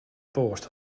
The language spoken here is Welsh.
bost